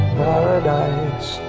paradise